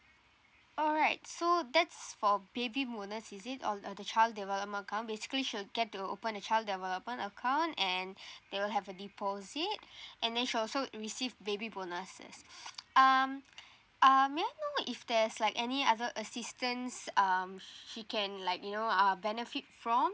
all right so that's for baby bonus is it on uh the child development account basically she will get to open a child development account and they will have a deposit and then she also receive baby bonuses um um may I know if there's like any other assistance um she can like you know uh benefit from